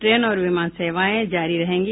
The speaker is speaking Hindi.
ट्रेन और विमान सेवाएं जारी रहेंगी